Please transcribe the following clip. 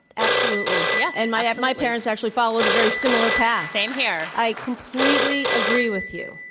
absolutely. yeah. and my my parents actually followed a very similar path. same here. i completely agree with you.